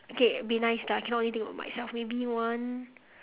okay be nice ah cannot only think for myself maybe one